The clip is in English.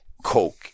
Coke